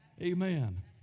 Amen